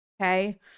okay